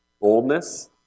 boldness